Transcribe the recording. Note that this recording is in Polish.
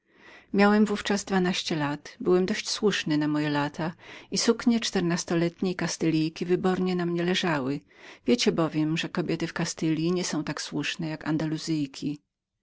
miałem w ówczas dwunasty rok byłem dość słuszny na moje lata i suknie czternastoletniej kastylianki wybornie mi przypadały wiecie bowiem że kobiety w kastylji ogólnie nie są tak słuszne jak